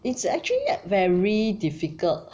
it's actually very difficult